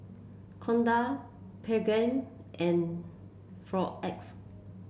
Kordel Pregain and Floxia